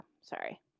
Sorry